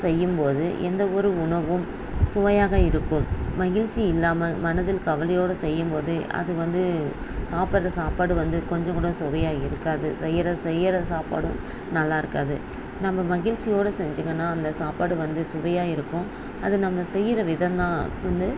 செய்யும் போது எந்த ஒரு உணவும் சுவையாக இருக்கும் மகிழ்ச்சி இல்லாமல் மனதில் கவலையோடு செய்யும் போது அது வந்து சாப்பிடுற சாப்பாடு வந்து கொஞ்சங் கூட சுவையாக இருக்காது செய்யிற செய்யிற சாப்பாடும் நல்லா இருக்காது நம்ம மகிழ்ச்சியோட செஞ்சிங்கன்னா அந்த சாப்பாடு வந்து சுவையாக இருக்கும் அது நம்ம செய்யிற விதம் தான் வந்து